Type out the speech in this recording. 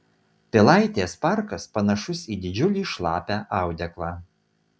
pilaitės parkas panašus į didžiulį šlapią audeklą